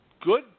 good